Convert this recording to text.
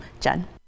Jen